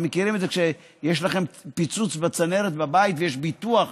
אתם מכירים את זה שכשיש לכם פיצוץ בצנרת בבית ויש ביטוח,